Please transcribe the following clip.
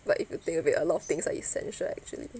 but if you think of it a lot of things are essential actually